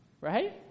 right